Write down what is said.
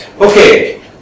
Okay